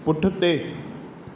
पुठिते